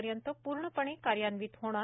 पर्यन्त पूर्णपणे कार्यान्वित होणार